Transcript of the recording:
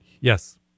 Yes